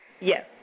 Yes